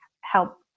help